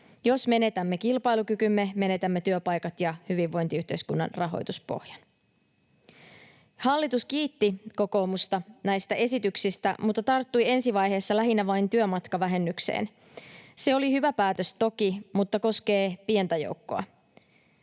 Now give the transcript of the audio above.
Jos menetämme kilpailukykymme, menetämme työpaikat ja hyvinvointiyhteiskunnan rahoituspohjan. Hallitus kiitti kokoomusta näistä esityksistä mutta tarttui ensi vaiheessa lähinnä vain työmatkavähennykseen. Se oli toki hyvä päätös mutta koskee pientä joukkoa.